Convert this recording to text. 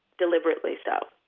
deliberately so,